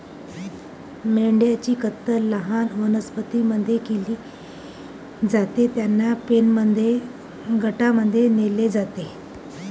मेंढ्यांची कत्तल लहान वनस्पतीं मध्ये केली जाते, त्यांना पेनमध्ये गटांमध्ये नेले जाते